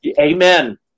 Amen